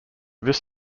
this